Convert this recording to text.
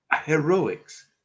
heroics